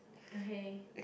okay